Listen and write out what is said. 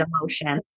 emotion